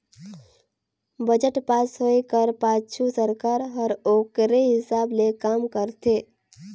budget pass होए कर पाछू सरकार हर ओकरे हिसाब ले काम करथे